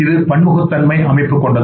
இது பன்முகத்தன்மை அமைப்பு கொண்டது